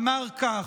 אמר כך: